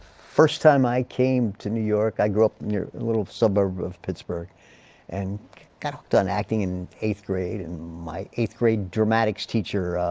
first time i came to new york i grew up near a little suburb of pittsburgh and got hooked on acting in eighth grade. and my eighth grade dramatics teacher,